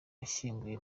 yashyinguwe